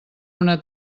una